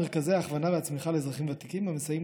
מרכזי ההכוונה והצמיחה לאזרחים ותיקים מסייעים